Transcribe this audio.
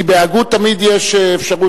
כי בהגות תמיד יש אפשרות,